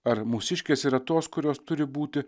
ar mūsiškės yra tos kurios turi būti